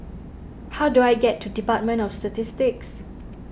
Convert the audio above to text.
how do I get to Department of Statistics